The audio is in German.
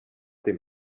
dem